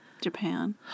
Japan